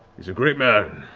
he's a great man.